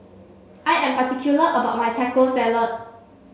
I am particular about my Taco Salad